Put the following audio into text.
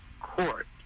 Court